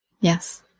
Yes